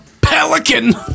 pelican